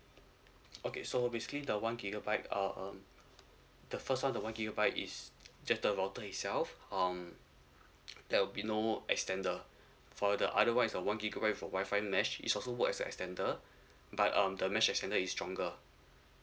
okay so basically the one gigabyte uh um the first one the one gigabyte is just the router itself um there will be no extender for the other one is a one gigabyte for the Wi-Fi mesh it's also work as a extender but um the mesh extender is stronger